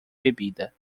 bebida